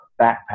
backpack